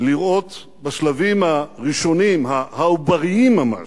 לראות בשלבים הראשוניים, העובריים ממש,